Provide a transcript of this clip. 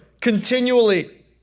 continually